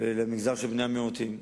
למגזר בני המיעוטים.